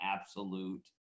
absolute